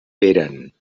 veren